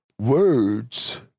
words